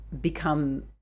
become